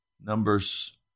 Numbers